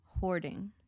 hoarding